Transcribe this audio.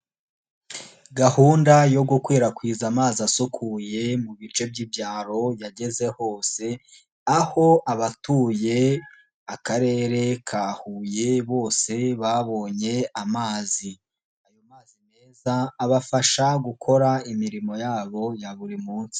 Gahunda yo gukwirakwiza amazi asukuye mu bice by'ibyaro yageze hose, aho abatuye akarere ka Huye bose babonye amazi, ayo mazi meza abafasha gukora imirimo yabo ya buri munsi.